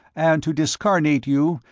and to discarnate you,